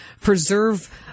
preserve